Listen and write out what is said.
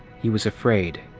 he was afraid.